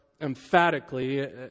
emphatically